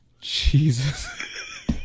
Jesus